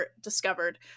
discovered